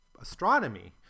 astronomy